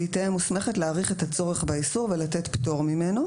והיא תהא מוסמכת להאריך את הצורך באישור ולתת פטור ממנו."